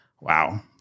wow